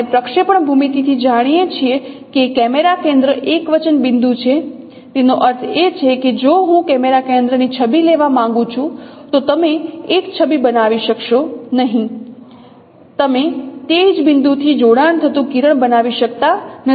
આપણે પ્રક્ષેપણ ભૂમિતિથી જાણીએ છીએ કે કેમેરા કેન્દ્ર એકવચન બિંદુ છે તેનો અર્થ એ કે જો હું કેમેરા કેન્દ્ર ની છબી લેવા માંગું છું તો તમે એક છબી બનાવી શકશો નહીં તમે તે જ બિંદુથી જોડાણ થતું કિરણ બનાવી શકતા નથી